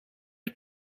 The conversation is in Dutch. het